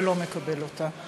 ולא מקבל אותה.